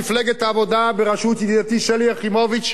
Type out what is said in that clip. מפלגת העבודה בראשות ידידתי שלי יחימוביץ,